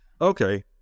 Okay